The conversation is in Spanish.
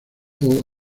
all